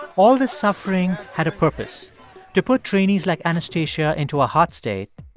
all this suffering had a purpose to put trainees like anastasia into a hot state,